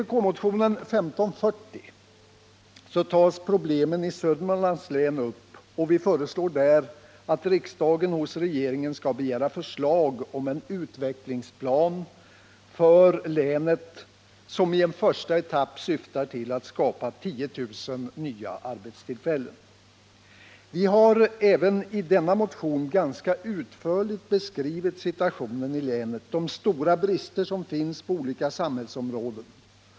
I vpk-motionen 1540 tas problemen i Södermanlands län upp, och vi föreslår där att riksdagen hos regeringen skall begära förslag om en utvecklingsplan för länet, som i en första etapp syftar till att skapa 10 000 nya arbetstillfällen. Vi har även i denna motion ganska utförligt beskrivit situationen i länet, de stora brister som finns på olika samhällsområden.